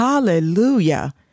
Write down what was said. Hallelujah